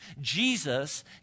Jesus